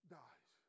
dies